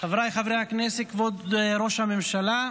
חבריי חברי הכנסת, כבוד ראש הממשלה,